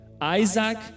Isaac